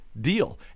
deal